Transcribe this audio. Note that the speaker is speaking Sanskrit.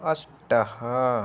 अष्ट